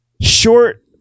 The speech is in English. short